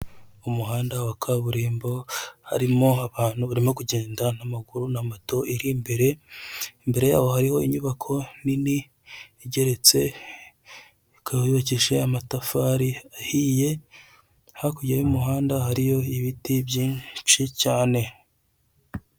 Umuhanda wa kaburimbo harimo abantu barimo kugenda n'amaguru na moto iri imbere imbere ya bo hariho inyubako nini igeretse, ikaba yubakishije amatafari ahiye, hakurya y'umuhanda hariyo ibiti byinshi cyane.